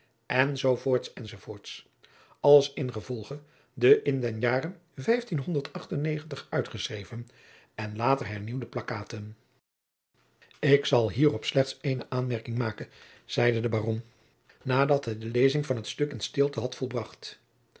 enz alles ingevolge de in den jaren uitgeschreven en later hernieuwde plakkaten ik zal hierop slechts eene aanmerking maken zeide de baron nadat hij de lezing van het stuk in stilte had volbracht